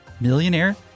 millionaire